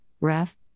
ref